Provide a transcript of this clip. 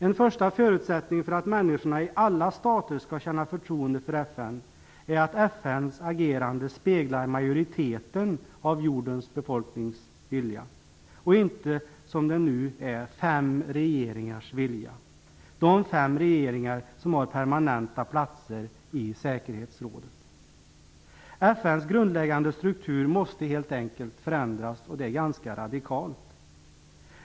En första förutsättning för att människorna i alla stater skall känna förtroende för FN är att FN:s agerande speglar viljan hos majoriteten av jordens befolkning, inte som det nu är fem regeringars vilja, dvs. de fem regeringar som har permanenta platser i säkerhetsrådet. FN:s grundläggande struktur måste helt enkelt förändras radikalt.